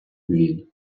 він